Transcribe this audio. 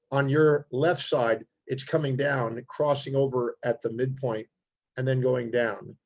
on your left side, it's coming down and crossing over at the midpoint and then going down.